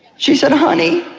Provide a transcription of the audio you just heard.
she said, honey,